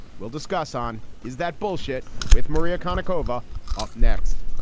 we'll discuss on is that bullshit with maria kaneko over um next.